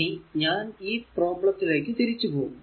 ഇനി ഞാൻ ഈ പ്രോബ്ലെത്തിലേക്കു തിരിച്ചു പോകുന്നു